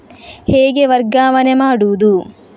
ಹೇಗೆ ವರ್ಗಾವಣೆ ಮಾಡುದು?